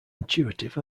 intuitive